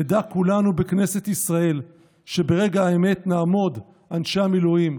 נדע כולנו בכנסת ישראל שברגע האמת נעמוד אנשי המילואים,